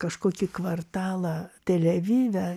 kažkokį kvartalą tel avive